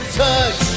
touch